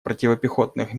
противопехотных